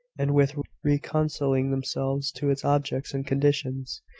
and with reconciling themselves to its objects and conditions.